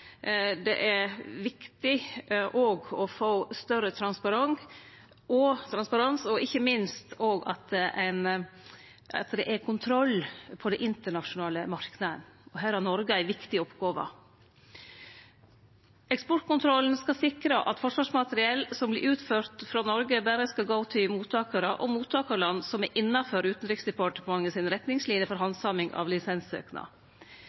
det er viktig å få større transparens og ikkje minst kontroll med den internasjonale marknaden. Her har Noreg ei viktig oppgåve. Eksportkontrollen skal sikre at forsvarsmateriell som vert utført frå Noreg, berre skal gå til mottakarar og mottakarland som er innanfor dei retningslinene Utanriksdepartementet har for